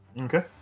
Okay